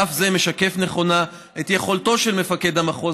רף זה משקף נכונה את יכולתו של מפקד המחוז